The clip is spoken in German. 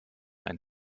ein